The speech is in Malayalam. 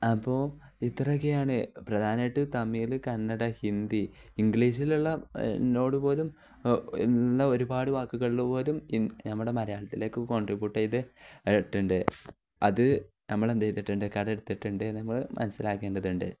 അപ്പോൾ ഇത്രയെക്കെയാണ് പ്രധാനമായിട്ട് തമിഴിൽ കന്നഡ ഹിന്ദി ഇംഗ്ലീഷിലുള്ള എന്നോട് പോലും ഉള്ള ഒരുപാട് വാക്കുകളിൽ പോലും നമ്മുടെ മലയാളത്തിലേക്ക് കോൺട്രിബ്യൂട്ട ചെയ്തിട്ടുണ്ട് അത് നമ്മൾ എന്ത് ചെയ്തിട്ടുണ്ട് കംട എടുത്തിട്ടുണ്ട് നമ്മൾ മനസ്സിലാക്കേണ്ടതുണ്ട്